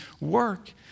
work